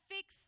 Fix